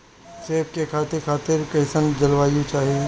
सेब के खेती खातिर कइसन जलवायु चाही?